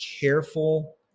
careful